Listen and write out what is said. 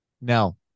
Now